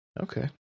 Okay